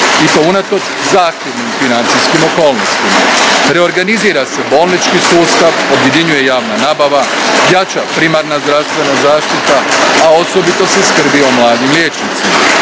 i to unatoč zahtjevnim financijskim okolnostima. Reorganizira se bolnički sustav, objedinjuje javna nabava, jača primarna zdravstvena zaštita, a osobito se skrbi o mladim liječnicima.